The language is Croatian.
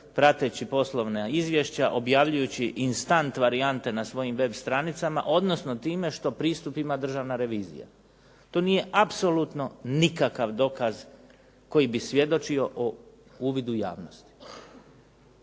prateći poslovna izvješća, objavljujući instant varijante na svojim web stranicama, odnosno time što pristup ima državna revizija. To nije apsolutno nikakav dokaz koji bi svjedočio o uvidu javnosti.